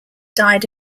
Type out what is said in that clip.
died